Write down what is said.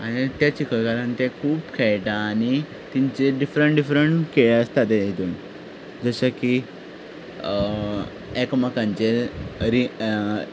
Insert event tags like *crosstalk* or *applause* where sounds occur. आनी ते चिखल काल्यांत ते खूब खेळटा आनी तेंचे डिफ्रंट डिफ्रंट खेळ आसता ते हितून जशे की एकमेकांचेर *unintelligible*